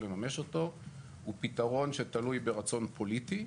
לממש אותו הוא פתרון שתלוי ברצון פוליטי,